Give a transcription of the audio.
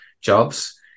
jobs